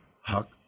huck